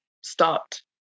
stopped